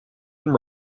and